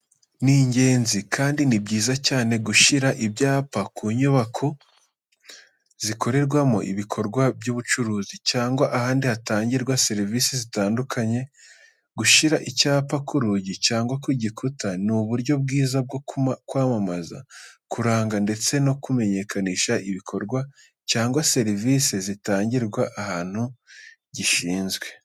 Ni ingenzi kandi ni byiza cyane gushyira ibyapa ku nyubako zikorerwamo ibikorwa by'ubucuruzi cyangwa ahandi hatangirwa serivise zitandukanye, gushyira icyapa ku rugi cyangwa ku gikuta ni uburyo bwiza bwo kwamamaza, kuranga ndetse no kumenyekanisha ibikorwa cyangwa serivise zitangirwa ahantu gishyizwe.